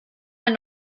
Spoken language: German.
ein